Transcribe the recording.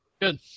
Good